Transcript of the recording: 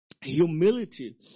humility